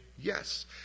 yes